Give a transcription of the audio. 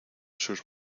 sus